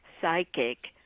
psychic